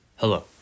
Hello